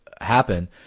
happen